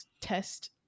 test